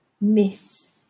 Miss